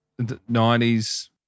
90s